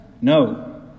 No